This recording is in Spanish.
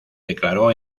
declaró